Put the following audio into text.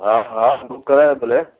हा हा बुक करायो भले